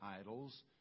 idols